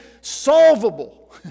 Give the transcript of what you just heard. solvable